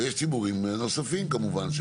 ויש ציבורים נוספים כמובן,